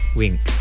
wink